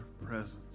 presence